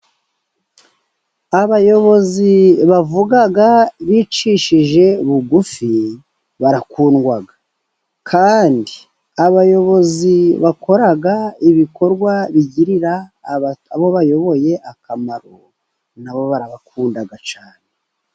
Abayobozi bavuga bicishije bugufi barakundwa, kandi abayobozi bakora ibikorwa bigirira abo bayoboye akamaro, nabo barabakunda cyane.